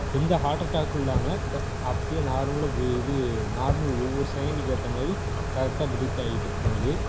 எந்த ஹார்ட் அட்டாக்கும் இல்லாம த அப்படியே நார்மலாக வி இது நார்மல் ஒவ்வொரு செகண்டுக்கு ஏத்தமாதிரி கரெக்டாக ப்ரீத் ஆகிட்டுருக்கும் அது